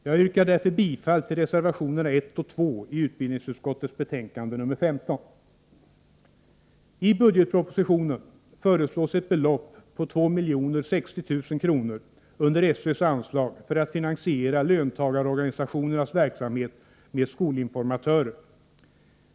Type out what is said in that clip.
Jag yrkar därför bifall till reservationerna 1 och 2 i utbildningsutskottets betänkande nr 15. I budgetpropositionen föreslås ett belopp på 2 060 000 kr. under SÖ:s anslag för att finansiera löntagarorganisationernas verksamhet med skolinformatörer.